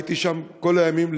הייתי שם כל הימים,